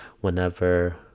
whenever